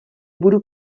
budu